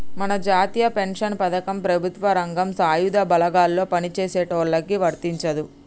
మన జాతీయ పెన్షన్ పథకం ప్రభుత్వ రంగం సాయుధ బలగాల్లో పని చేసేటోళ్ళకి వర్తించదు